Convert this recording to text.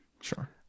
sure